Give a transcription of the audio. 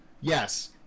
Yes